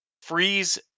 freeze